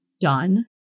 done